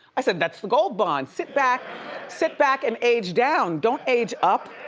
i said, that's the gold bond. sit back sit back and age down, don't age up.